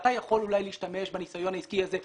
ואתה יכול אולי להשתמש בניסיון העסקי הזה,